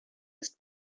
ist